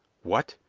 what?